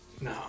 no